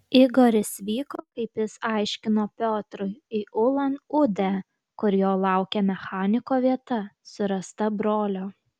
igoris vyko kaip jis aiškino piotrui į ulan udę kur jo laukė mechaniko vieta surasta brolio